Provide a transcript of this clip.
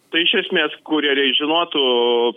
tai iš esmės kurjeriai žinotų